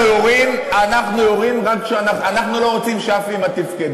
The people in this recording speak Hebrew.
אנחנו לא רוצים שאף אימא תבכה.